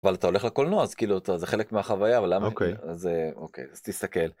אבל אתה הולך לקולנוע אז כאילו אתה זה חלק מהחוויה ולמה זה אוקיי, אז תסתכל.